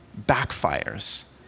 backfires